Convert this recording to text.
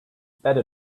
better